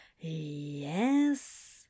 Yes